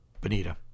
Bonita